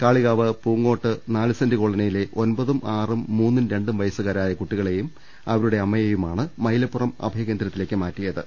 കാളികാവ് പൂങ്ങോട്ട് നാല്സെന്റ് കോള നിയിലെ ഒമ്പതും ആറും മൂന്നും രണ്ടും വയസ്സുകാരായ കുട്ടികളെയും അവ രുടെ അമ്മയെയുമാണ് മൈലപ്പുറം അഭയകേന്ദ്രത്തിലേക്ക് മാറ്റിയത്